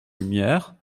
lumière